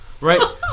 right